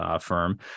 firm